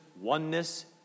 oneness